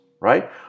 right